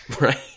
Right